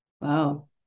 Wow